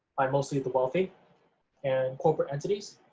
by mostly the wealthy and corporate entities.